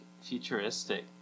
futuristic